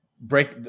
break